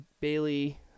Bailey